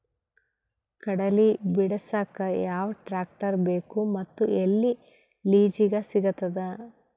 ಕಡಲಿ ಬಿಡಸಕ್ ಯಾವ ಟ್ರ್ಯಾಕ್ಟರ್ ಬೇಕು ಮತ್ತು ಎಲ್ಲಿ ಲಿಜೀಗ ಸಿಗತದ?